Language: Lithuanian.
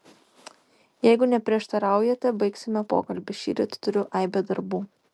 jeigu neprieštaraujate baigsime pokalbį šįryt turiu aibę darbų